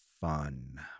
fun